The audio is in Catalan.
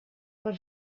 per